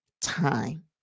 time